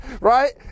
right